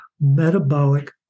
metabolic